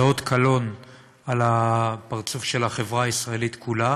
היא אות קלון על הפרצוף של החברה הישראלית כולה.